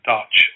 Dutch